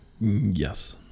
yes